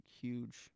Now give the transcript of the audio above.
huge